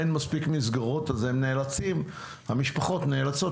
אין מספיק מסגרות אז המשפחות נאלצות